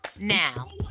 now